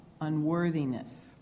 unworthiness